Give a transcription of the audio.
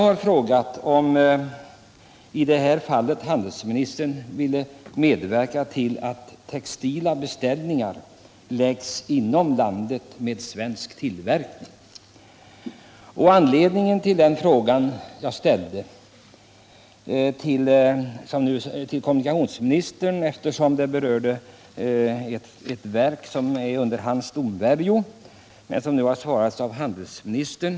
Min fråga gäller om handelsministern i detta fall vill medverka till att placera textila beställningar inom landet, så att vi får en svensk tillverkning. Frågan riktades till kommunikationsministern, eftersom det rör sig om ett verk som är under hans domvärjo, men har nu besvarats av handelsministern.